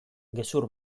gezur